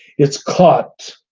it's caught.